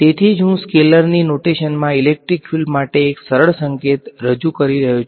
તેથી જ હું સ્કેલરની નોટેશનમા ઇલેક્ટ્રિક ફિલ્ડ માટે એક સરળ સંકેત રજૂ કરી રહ્યો છું